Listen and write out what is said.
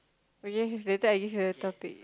okay later I give you the topic